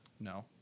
No